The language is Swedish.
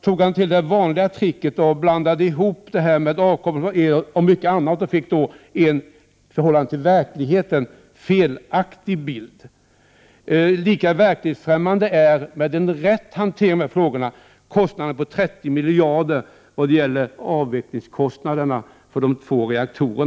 tog han till det vanliga tricket att blanda ihop denna med avkastningen av elen och mycket annat och kom fram till en i förhållande till verkligheten felaktig bild. Lika verklighetsfrämmande är den gjorda beräkningen av avvecklingskostnaderna till 30 miljarder för de två reaktorer som skall ställas av 1995 och 1996.